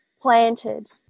planted